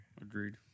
Agreed